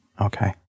Okay